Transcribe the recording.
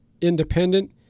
independent